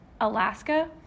Alaska